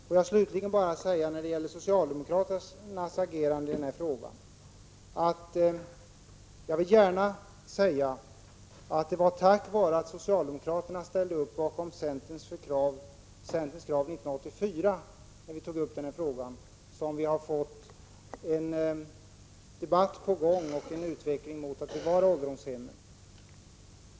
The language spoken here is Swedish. Får jag slutligen om socialdemokraternas agerande säga att det var tack vare att socialdemokraterna ställde upp bakom centerns krav 1984, när vi tog upp denna fråga, som vi fick i gång en debatt om ålderdomshemmen och en utveckling till förmån för ett bevarande av dessa.